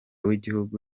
w’igihugu